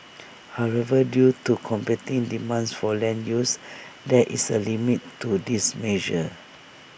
however due to competing demands for land use there is A limit to this measure